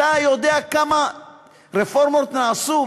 אתה יודע כמה רפורמות נעשו.